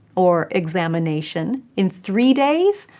or examination, in three days,